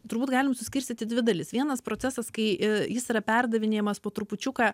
turbūt galim suskirstyti į dvi dalis vienas procesas kai jis yra perdavinėjamas po trupučiuką